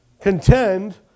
Contend